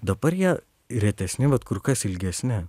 dabar jie retesni vat kur kas ilgesni